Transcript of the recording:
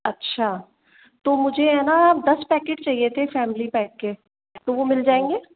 अच्छा तो मुझे है ना दस पैकेट चाहिए थे फैमिली पैक के तो वह मिल जायेंगे